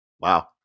Wow